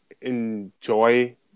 enjoy